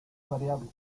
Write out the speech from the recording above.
variable